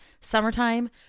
summertime